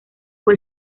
fue